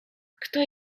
kto